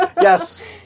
Yes